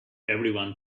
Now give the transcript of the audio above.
everyone